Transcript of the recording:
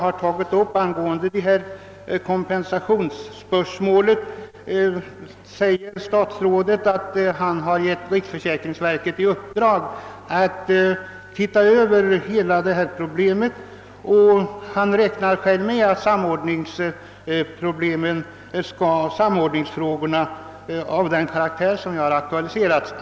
Statsrådet säger att han givit riksförsäkringsverket i uppdrag att se över hela frågan och förklarar att han själv räknar med att samordningsproblem av denna karaktär skall lösas.